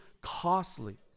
costly